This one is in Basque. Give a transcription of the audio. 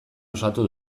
osatu